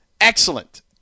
excellent